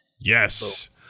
yes